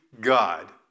God